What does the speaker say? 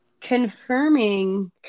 confirming